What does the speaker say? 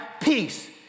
peace